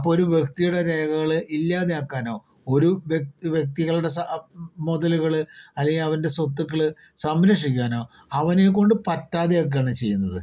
അപ്പൊൾ ഒരു വ്യക്തിയുടെ രേഖകൾ ഇല്ലാതെയാക്കാനോ ഒരു വ്യക്തിയുടെ സ അപ് മുതലുകള് അല്ലെങ്കിൽ അവരുടെ സ്വത്തുക്കൾ സംരക്ഷിക്കാനോ അവനെക്കൊണ്ട് പറ്റാതെയാക്കുകയാണ് ചെയ്യുന്നത്